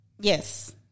Yes